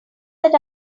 that